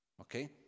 Okay